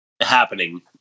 happening